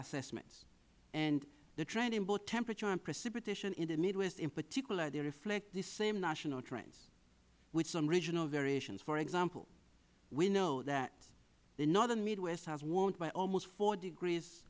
assessments and the trend in both temperature and precipitation in the midwest in particular they reflect these same national trends with some regional variations for example we know that the northern midwest has warmed by almost four degrees